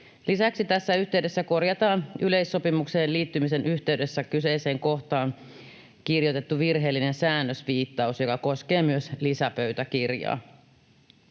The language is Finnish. Lisäksi tässä yhteydessä korjataan yleissopimukseen liittymisen yhteydessä kyseiseen kohtaan kirjoitettu virheellinen säännösviittaus, joka koskee myös lisäpöytäkirjaa.